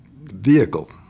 vehicle